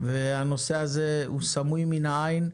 והנושא הזה סמוי מן העין,